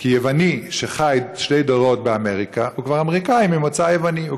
כי יווני שחי דורות באמריקה הוא כבר אמריקני ממוצא יווני,